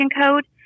code